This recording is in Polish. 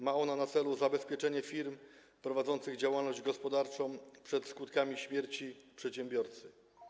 Ma ona na celu zabezpieczenie firm prowadzących działalność gospodarczą przed skutkami śmierci przedsiębiorcy.